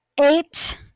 eight